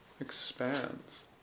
expands